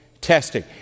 testing